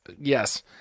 yes